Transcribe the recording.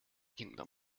kingdom